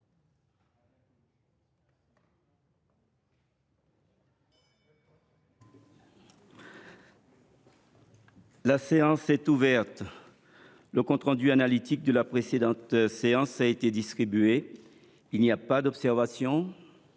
La séance est ouverte. Le compte rendu analytique de la précédente séance a été distribué. Il n’y a pas d’observation ?…